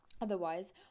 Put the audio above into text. Otherwise